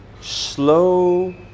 Slow